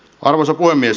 arvoisa puhemies